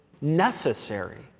necessary